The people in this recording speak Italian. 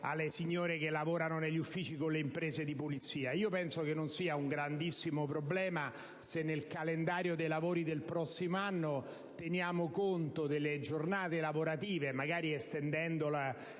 alle signore che lavorano negli uffici con le imprese di pulizia. Non penso sia un grandissimo problema se nel calendario dei lavori del prossimo anno si terrà conto delle giornate lavorative, magari estendendo